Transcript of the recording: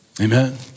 Amen